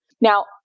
Now